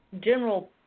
general